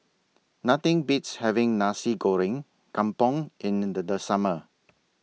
Nothing Beats having Nasi Goreng Kampung in The Summer